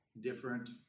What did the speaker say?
different